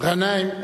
גנאים.